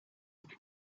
but